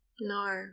No